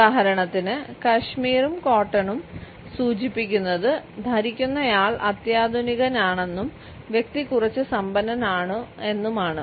ഉദാഹരണത്തിന് കാഷ്മീറും കോട്ടണും സൂചിപ്പിക്കുന്നത് ധരിക്കുന്നയാൾ അത്യാധുനികനാണെന്നും വ്യക്തി കുറച്ച് സമ്പന്നൻ ആണ് എന്നുമാണ്